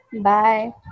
bye